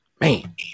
Man